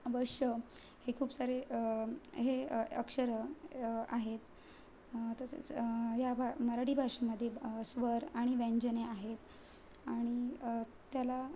व ष हे खूप सारे हे अक्षरं आहेत तसेच या भा मराठी भाषेमध्ये स्वर आणि व्यंजने आहेत आणि त्याला